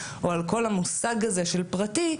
או על כל המושג הזה של פרטי,